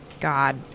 god